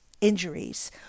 injuries